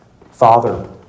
Father